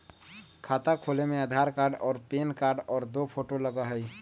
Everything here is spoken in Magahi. खाता खोले में आधार कार्ड और पेन कार्ड और दो फोटो लगहई?